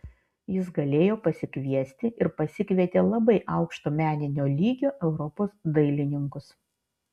jis galėjo pasikviesti ir pasikvietė labai aukšto meninio lygio europos dailininkus